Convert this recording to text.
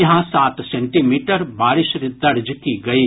यहां सात centimetre बारिश दर्ज की गयी